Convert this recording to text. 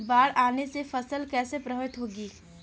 बाढ़ आने से फसल कैसे प्रभावित होगी?